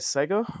Sega